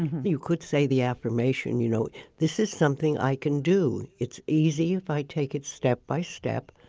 you could say the affirmation, you know this is something i can do. it's easy if i take it step by step.